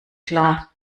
klar